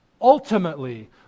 ultimately